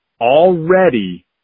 already